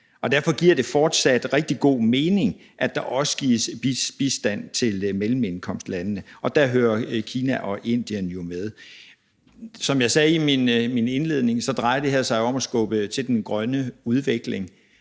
derfor giver det fortsat rigtig god mening, at der også gives bistand til mellemindkomstlandene, og der hører Kina og Indien jo med. Som jeg sagde i min indledning, drejer det her sig om at skubbe til den grønne udvikling,